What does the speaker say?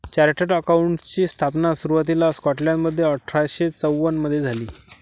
chartered अकाउंटंटची स्थापना सुरुवातीला स्कॉटलंडमध्ये अठरा शे चौवन मधे झाली